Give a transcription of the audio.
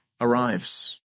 arrives